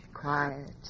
quiet